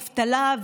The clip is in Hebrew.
אבטלה,